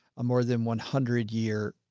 a more than one hundred year,